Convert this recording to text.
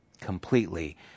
completely